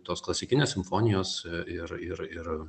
tos klasikinės simfonijos ir ir ir